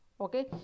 Okay